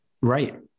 right